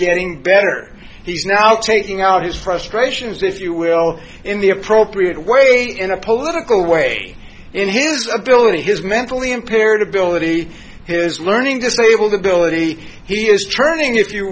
getting better he's now taking out his frustrations if you will in the appropriate way to napoleonic away in his ability his mentally impaired ability his learning disabled ability he is turning if you